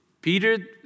Peter